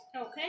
Okay